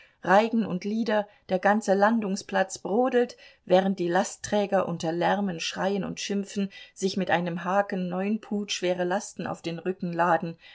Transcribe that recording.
reigen und lieder der ganze landungsplatz brodelt während die lastträger unter lärmen schreien und schimpfen sich mit einem haken neun pud schwere lasten auf den rücken laden